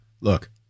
Look